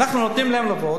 אנחנו נותנים להם לעבוד,